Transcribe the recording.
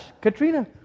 Katrina